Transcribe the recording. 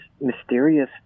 mysterious